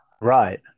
Right